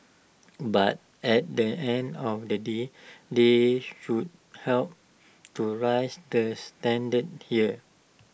but at the end of the day they should help to raise the standards here